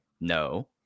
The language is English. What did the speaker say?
no